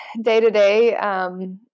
day-to-day